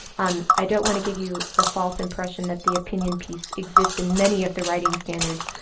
um i don't want to give you the false impression that the opinion piece exists in many of the writing standards.